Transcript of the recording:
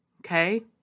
Okay